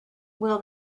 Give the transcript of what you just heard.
will